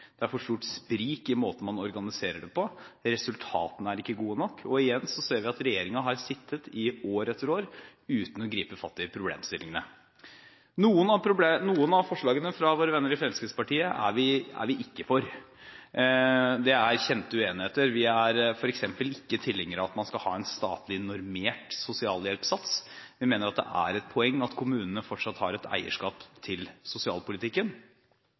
Det er for stort sprik i måten man organiserer det på, resultatene er ikke gode nok, og igjen ser vi at regjeringen har sittet i år etter år, uten å gripe fatt i problemstillingene. Noen av forslagene fra våre venner i Fremskrittspartiet er vi ikke for. Det er kjente uenigheter. Vi er f.eks. ikke tilhengere av at man skal ha en statlig normert sosialhjelpssats. Vi mener at det er et poeng at kommunene fortsatt har et eierskap til sosialpolitikken.